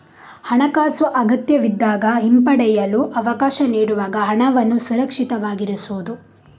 ಹಣಾಕಾಸು ಅಗತ್ಯವಿದ್ದಾಗ ಹಿಂಪಡೆಯಲು ಅವಕಾಶ ನೀಡುವಾಗ ಹಣವನ್ನು ಸುರಕ್ಷಿತವಾಗಿರಿಸುವುದು